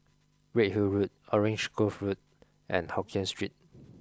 Redhill Road Orange Grove Road and Hokien Street